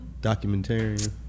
Documentarian